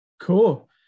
Cool